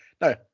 no